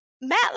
Matt